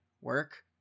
work